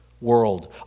world